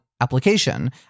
application